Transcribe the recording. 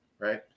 right